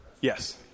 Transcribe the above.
Yes